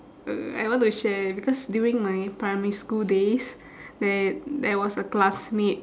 uh I want to share because during my primary school days there there was a classmate